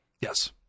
Yes